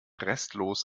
restlos